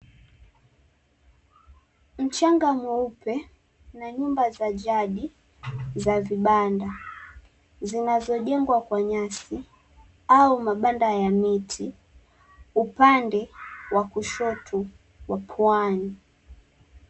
Mchanga mweupe na nyumba za jadi za vibanda zinazojengwa kwa nyasi au mabanda ya miti upande wa kushoto wa pwani.